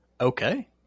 Okay